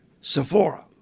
Sephora